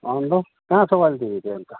अन्त कहाँ छौ अहिले तिमी चाहिँ अन्त